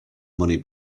money